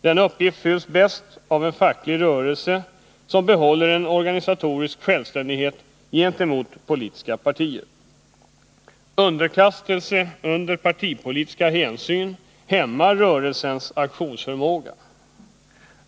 Denna uppgift fylls bäst av en facklig rörelse, som behåller en organisatorisk självständighet gentemot politiska partier. Underkastelse under partipolitiska hänsyn hämmar rörelsens aktionsförmåga.